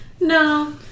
No